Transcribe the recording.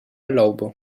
laŭbo